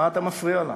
מה אתה מפריע לה?